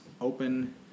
open